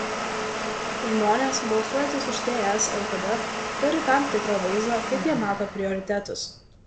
žmonės balsuojantys už ts lkd turi tam tikrą vaizdą kaip jie mato prioritetus